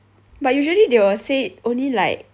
but usually they will say it only like